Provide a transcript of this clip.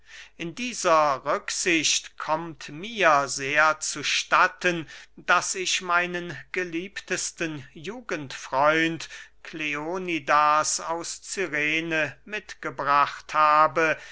in dieser rücksicht kommt mir sehr zu statten daß ich meinen geliebtesten jugendfreund kleonidas aus cyrene mitgebracht habe